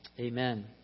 Amen